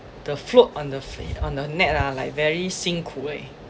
the float on the fle~ on the net ah like very 辛苦 leh